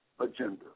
agenda